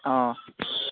অঁ